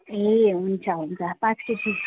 ए हुन्छ हुन्छ पाँच केजी